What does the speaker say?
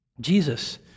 Jesus